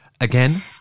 again